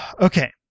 Okay